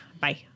Bye